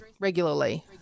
regularly